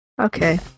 Okay